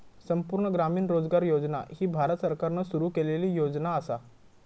संपूर्ण ग्रामीण रोजगार योजना ही भारत सरकारान सुरू केलेली योजना असा